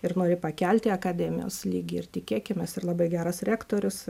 ir nori pakelti akademijos lygį ir tikėkimės ir labai geras rektorius